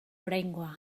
oraingoa